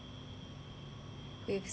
with such a low income right